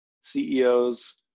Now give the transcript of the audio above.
CEOs